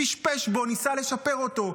פשפש בו, ניסה לשפר אותו.